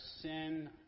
sin